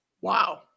Wow